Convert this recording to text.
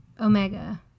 Omega